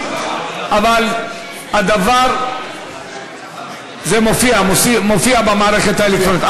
אבל זה מופיע במערכת האלקטרונית.